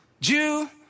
Jew